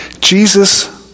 Jesus